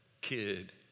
kid